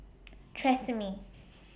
Tresemme